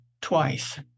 twice